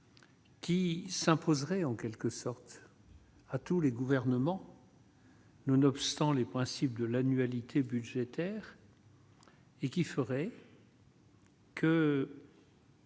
Qui s'imposerait en quelque sorte à tous les gouvernements. Nonobstant les principes de l'annualité budgétaire. Et qui ferait. Que.